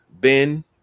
Ben